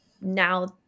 now